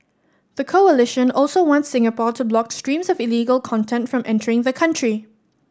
the coalition also wants Singapore to block streams of illegal content from entering the country